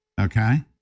okay